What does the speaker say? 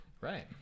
Right